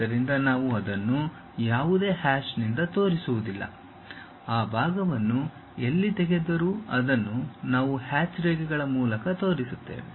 ಆದ್ದರಿಂದ ನಾವು ಅದನ್ನು ಯಾವುದೇ ಹ್ಯಾಚ್ನಿಂದ ತೋರಿಸುವುದಿಲ್ಲ ಆ ಭಾಗವನ್ನು ಎಲ್ಲಿ ತೆಗೆದರೂ ಅದನ್ನು ನಾವು ಹ್ಯಾಚ್ ರೇಖೆಗಳ ಮೂಲಕ ತೋರಿಸುತ್ತೇವೆ